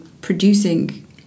producing